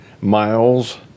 miles